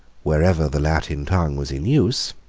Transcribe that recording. wherever the latin tongue was in use,